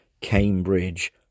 Cambridge